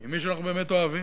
עם מי שאנחנו באמת אוהבים,